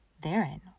Therein